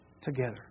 together